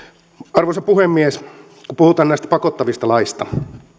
arvoisa puhemies puhutaan näistä pakottavista laeista